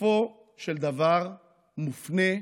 בסופו של דבר מופנה,